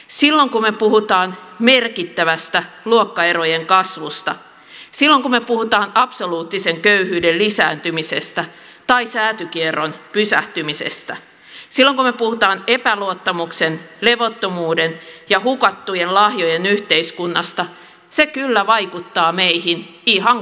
silloin kun me puhumme merkittävästä luokkaerojen kasvusta silloin kun me puhumme absoluuttisen köyhyyden lisääntymisestä tai säätykierron pysähtymisestä silloin kun me puhumme epäluottamuksen levottomuuden ja hukattujen lahjojen yhteiskunnasta se kyllä vaikuttaa meihin ihan kaikkiin